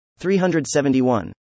371